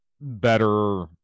better